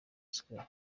square